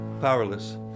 Powerless